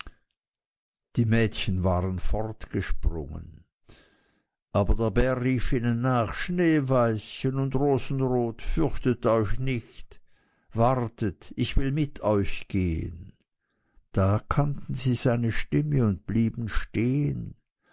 die mädchen waren fortgesprungen aber der bär rief ihnen nach schneeweißchen und rosenrot fürchtet euch nicht wartet ich will mit euch gehen da erkannten sie seine stimme und blieben stehen